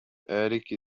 erik